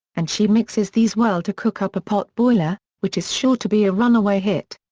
and she mixes these well to cook up a potboiler, which is sure to be a run away hit.